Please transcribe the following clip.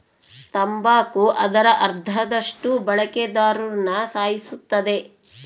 ತಂಬಾಕು ಅದರ ಅರ್ಧದಷ್ಟು ಬಳಕೆದಾರ್ರುನ ಸಾಯಿಸುತ್ತದೆ